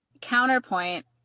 counterpoint